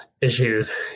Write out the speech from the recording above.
issues